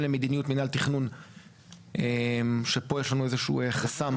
למדיניות מנהל תכנון שפה יש לנו איזשהו חסם.